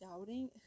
doubting